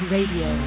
Radio